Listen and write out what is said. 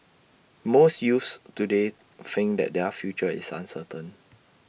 most youths today think that their future is uncertain